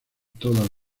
todas